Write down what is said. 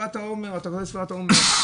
ספירת העומר, אתה רואה ספירת העומר.